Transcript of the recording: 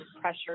pressure